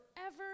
forever